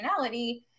functionality